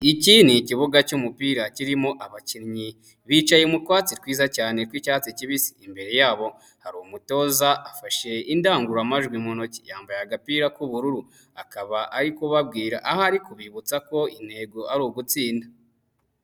Iki ni ikibuga cy'umupira kirimo abakinnyi, bicaye mu twatsi twiza cyane tw'icyatsi kibisi, imbere yabo hari umutoza afashe indangururamajwi mu ntoki, yambaye agapira k'ubururu, akaba ari kubabwira, aho ari kubibutsa ko intego ari ugutsinda.